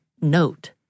note